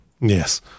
Yes